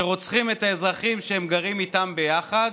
שרוצחים את האזרחים שהם גרים איתם ביחד,